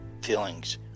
feelings